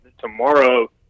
tomorrow